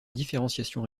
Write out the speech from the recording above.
différenciation